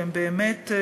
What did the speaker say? והם באמת,